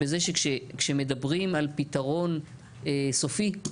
בזה שכשמדברים על פתרון סופי,